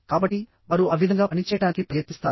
కాబట్టి వారు ఆ విధంగా పనిచేయడానికి ప్రయత్నిస్తారు